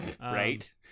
right